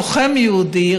לוחם יהודי,